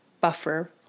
buffer